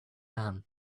man